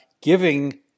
giving